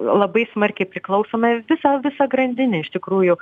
labai smarkiai priklausome visa visa grandinė iš tikrųjų